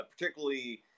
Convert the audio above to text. particularly